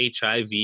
HIV